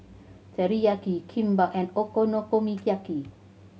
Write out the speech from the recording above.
Teriyaki Kimbap and Okonomiyaki